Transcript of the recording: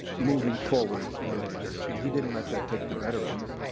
moving forward nonetheless. and he didn't let that take the better of him.